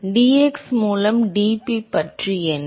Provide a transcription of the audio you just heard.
dx மூலம் dP பற்றி என்ன